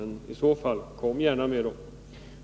I så fall: Kom gärna med dem.